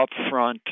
upfront